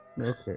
Okay